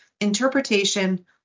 interpretation